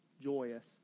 joyous